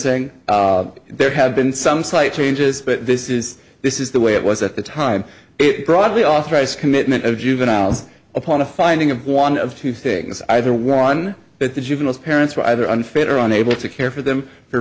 g there have been some slight changes but this is this is the way it was at the time it broadly authorized commitment of juveniles upon a finding of one of two things either one that the juveniles parents were either unfit or on able to care for them for